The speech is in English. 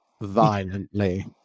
violently